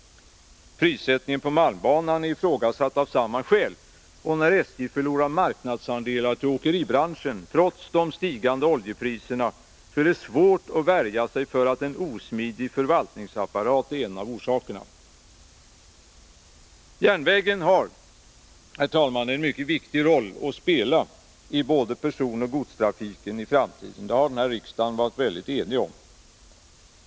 Prissättningen på malmbanan är ifrågasatt av samma skäl, och när SJ förlorar marknadsandelar till åkeribranschen trots de stigande oljepriserna är det svårt att värja sig för intrycket att en osmidig förvaltningsapparat är en av orsakerna. Järnvägen har, fru talman, en mycket viktig roll att spela i både personoch godstrafiken i framtiden — det har riksdagen varit enig om.